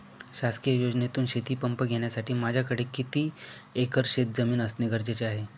शासकीय योजनेतून शेतीपंप घेण्यासाठी माझ्याकडे किती एकर शेतजमीन असणे गरजेचे आहे?